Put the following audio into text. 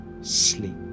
sleep